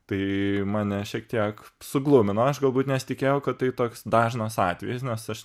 tai mane šiek tiek suglumino aš galbūt nesitikėjau kad tai toks dažnas atvejis nes aš